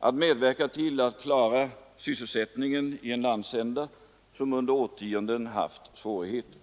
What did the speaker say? nämligen att medverka till att klara sysselsättningen i en landsända som under årtionden haft svårigheter.